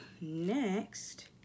next